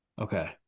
Okay